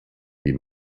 die